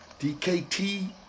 DKT